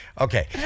Okay